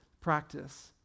practice